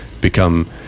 become